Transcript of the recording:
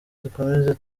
dukomeze